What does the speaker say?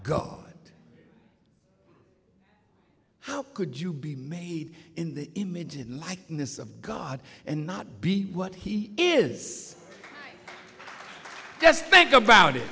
god how could you be made in the image and likeness of god and not be what he is just think about i